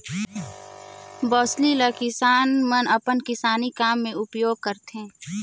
बउसली ल किसान मन अपन किसानी काम मे उपियोग करथे